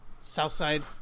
Southside